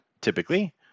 typically